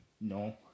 no